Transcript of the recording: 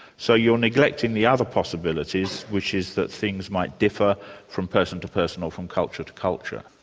so you're neglecting the other possibilities which is that things might differ from person to person, or from culture to culture.